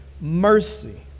mercy